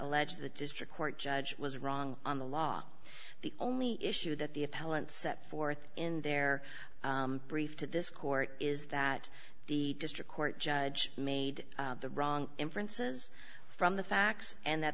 allege the district court judge was wrong on the law the only issue that the appellant set forth in their brief to this court is that the district court judge made the wrong inferences from the facts and that